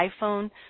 iPhone